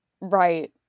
right